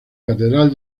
catedral